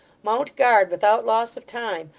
mount guard without loss of time,